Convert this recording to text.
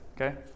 okay